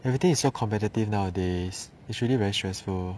everything is so competitive nowadays it's really very stressful